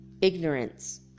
ignorance